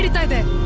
by then